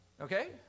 Okay